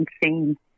insane